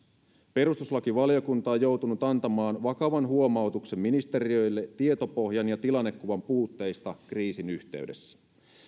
perustuslakivaliokunta on joutunut antamaan vakavan huomautuksen ministeriöille tietopohjan ja tilannekuvan puutteista kriisin yhteydessä